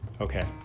okay